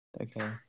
Okay